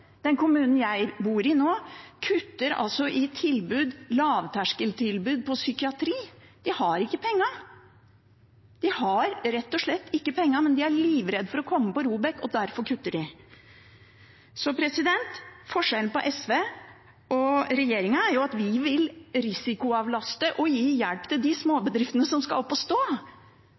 Den kommunen jeg bor i nå, kutter i lavterskeltilbud i psykiatrien. De har ikke pengene – de har rett og slett ikke pengene – men de er livredde for å komme på ROBEK, og derfor kutter de. Forskjellen på SV og regjeringen er at vi vil risikoavlaste og gi hjelp til de småbedriftene som skal opp å stå.